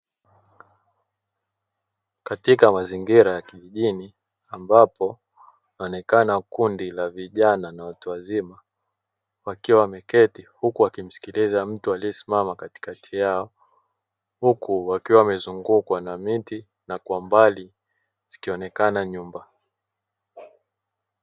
Katika mazingira ya kijijini ambapo linaonekana kundi la vijana na watu wazima wakiwa wameketi, huku wakimsikiliza mtu aliyesimama katikati yao. Huku wakiwa wamezungukwa na miti na kwa mbali zikionekana nyumba.